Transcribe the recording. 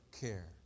care